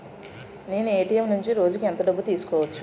నేను ఎ.టి.ఎం నుండి రోజుకు ఎంత డబ్బు తీసుకోవచ్చు?